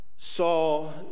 Saw